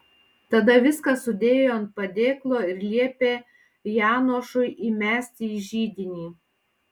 tada viską sudėjo ant padėklo ir liepė janošui įmesti į židinį